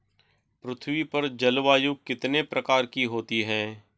पृथ्वी पर जलवायु कितने प्रकार की होती है?